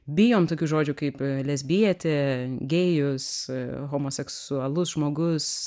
bijom tokių žodžių kaip lesbietė gėjus homoseksualus žmogus